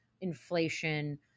inflation